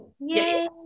Yay